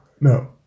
No